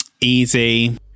easy